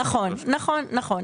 נכון, נכון.